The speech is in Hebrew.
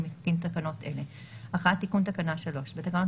אני מתקין תקנות אלה: תיקון תקנה 3 בתקנות